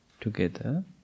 together